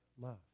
love